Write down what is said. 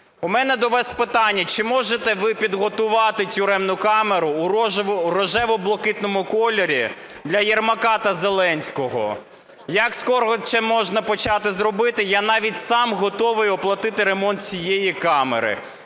У мене до вас питання: чи можете ви підготувати тюремну камеру в рожево-блакитному кольорі для Єрмака та Зеленського? Як скоро це можна почати робити? Я навіть сам готовий оплатити ремонт цієї камери.